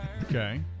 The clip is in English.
Okay